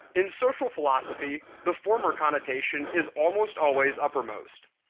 in social philosophy, the former connotation is almost always uppermost.